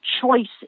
choices